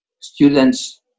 students